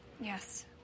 yes